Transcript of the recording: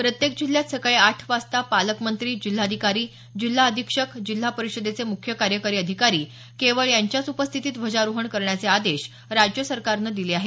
प्रत्येक जिल्ह्यात सकाळी आठ वाजता पालकमंत्री जिल्हाधिकारी जिल्हा अधीक्षक जिल्हापरिषदेचे मुख्य कार्यकारी अधिकारी केवळ यांच्याच उपस्थितीत ध्वजारोहण करण्याचे आदेश राज्य सरकारनं दिले आहेत